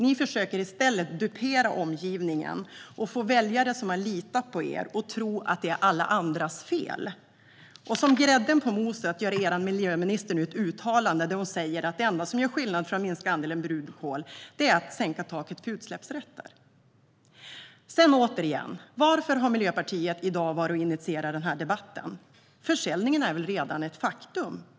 Ni försöker i stället dupera omgivningen och få väljare som har litat på er att tro att det är alla andras fel. Som grädde på moset gör er miljöminister nu ett uttalande där hon säger att det enda som gör skillnad för att minska andelen brunkol är att sänka taket för utsläppsrätter. Återigen: Varför har Miljöpartiet i dag initierat en debatt om detta? Försäljningen är väl redan ett faktum?